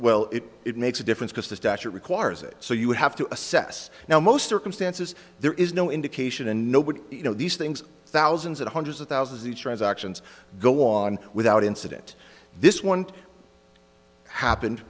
while if it makes a difference because the statute requires it so you have to assess now most circumstances there is no indication and nobody you know these things thousands and hundreds of thousands the transactions go on without incident this one happened